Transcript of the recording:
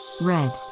red